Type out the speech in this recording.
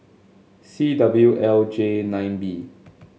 C W L J nine B